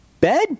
Bed